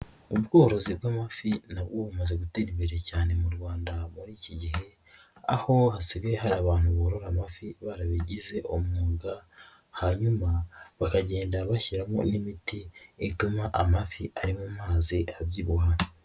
Ubworozi bw'amafi nabwo bumaze gutera imbere cyane mu rwanda muri iki gihe, aho hasigaye hari abantu borora amafi barabigize umwuga, hanyuma bakagenda bashyiramo imiti ituma amafi ari mu mazi abyibuha.